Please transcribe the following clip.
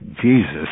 Jesus